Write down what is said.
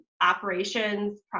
operations